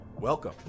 Welcome